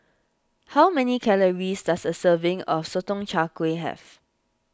how many calories does a serving of Sotong Char Kway have